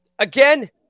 Again